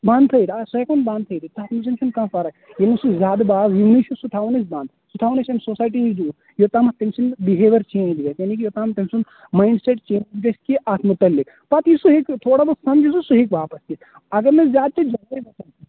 بَند تھٲیِتھ آ سُہ ہٮ۪کون بَند تھٲیِتھ أسۍ تَتھ منٛز چھِنہٕ کانہہ فرق ییٚلہِ نہ سُہ زیادٕ باو یِیہِ سُہ تھاووٚن أسۍ بند سُہ تھاووٚن أسۍ اَمہِ سوسایٹی نِش دوٗر یوٚتامَتھ تٔمۍ سُند بِہیویَر چینج گژھِ یعنے کہِ یوٚتانۍ تٔمۍ سُند ماینڈسیٹ چیج گژھِ کہِ اَتھ متعلِق پَتہٕ ییٚلہِ سُہ ہٮ۪کہِ تھوڑا بہت سُہ ہٮ۪کہِ واپَس یِتھ اَگر نہٕ زیادٕ تہِ